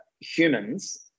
humans